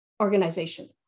organization